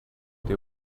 they